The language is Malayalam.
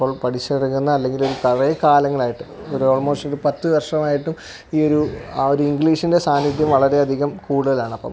ഇപ്പോൾ പഠിച്ച് ഇറങ്ങുന്ന അല്ലെങ്കിൽ പഴയ കാലങ്ങളായിട്ട് ഒരു ഓൾമോസ്റ്റ് ഒരു പത്ത് വർഷമായിട്ട് ഈ ഒരു ആ ഒരു ഇംഗ്ലീഷിൻ്റെ സാന്നിധ്യം വളരെയധികം കൂടുതലാണ് അപ്പം